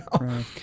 right